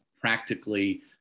practically